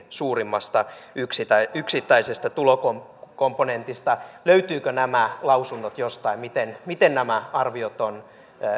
suurimmasta yksittäisestä tulokomponentista löytyvätkö nämä lausunnot jostain miten miten nämä arviot ovat